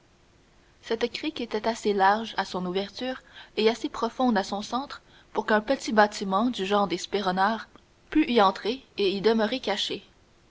cette crique était assez large à son ouverture et assez profonde à son centre pour qu'un petit bâtiment du genre des spéronares pût y entrer et y demeurer caché